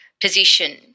position